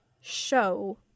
show